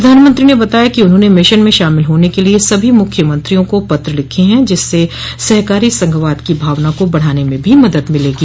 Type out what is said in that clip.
प्रधानमंत्री ने बताया कि उन्होंने मिशन में शामिल होने के लिये सभी मुख्यमंत्रियों को पत्र लिखे हैं जिससे सहकारी संघवाद की भावना को बढ़ाने में भी मदद मिलेगी